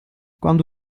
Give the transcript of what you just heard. quando